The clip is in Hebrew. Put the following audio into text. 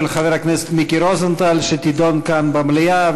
חבר הכנסת מיקי רוזנטל והיא תידון כאן במליאה.